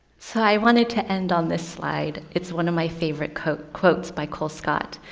so i wanted to end on this slide. it's one of my favorite quotes quotes by colescott,